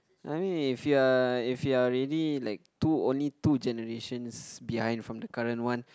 I mean if you are if you are really like two only two generations behind from the current one